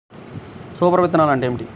Super విత్తనాలు అంటే ఏమిటి?